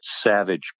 savage